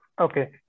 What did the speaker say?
Okay